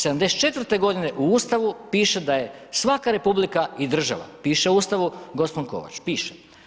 74.-te godine u Ustavu piše da je svaka republika i država, piše u ustavu gospon Kovač, piše.